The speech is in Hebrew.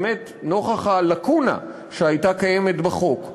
באמת נוכח הלקונה שהייתה בחוק,